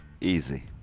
Easy